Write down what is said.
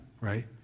right